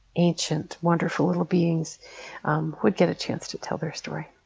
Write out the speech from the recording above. ancient, wonderful, little beings um would get a chance to tell their story.